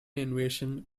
invasion